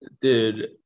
dude